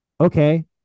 Okay